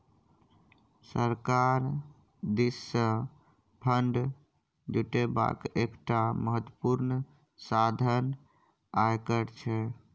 सरकार दिससँ फंड जुटेबाक एकटा महत्वपूर्ण साधन आयकर छै